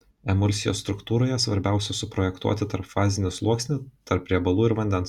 emulsijos struktūroje svarbiausia suprojektuoti tarpfazinį sluoksnį tarp riebalų ir vandens